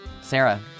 Sarah